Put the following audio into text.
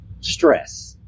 stress